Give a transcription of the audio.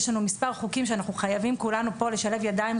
יש לנו מספר חוקים שאנחנו חייבים כולנו פה לשלב ידיים,